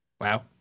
Wow